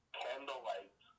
candlelight